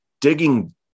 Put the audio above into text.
Digging